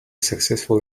successful